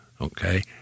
Okay